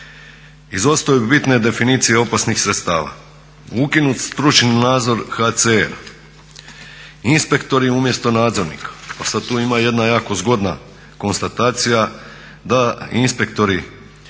Izostaju bitne definicije opasnih sredstava, ukinut stručni nadzor HCR, inspektori umjesto nadzornika. A sad tu ima jedna jako zgodna konstatacija da inspektori